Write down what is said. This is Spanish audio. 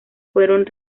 fueron